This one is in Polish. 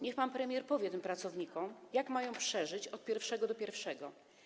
Niech pan premier powie tym pracownikom, jak mają przeżyć od pierwszego do pierwszego.